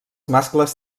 mascles